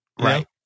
right